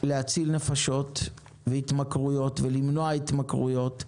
להציל נפשות והתמכרויות, למנוע התמכרויות,